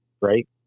right